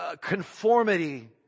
conformity